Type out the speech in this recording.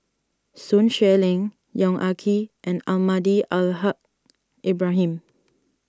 Sun Xueling Yong Ah Kee and Almahdi Al Haj Ibrahim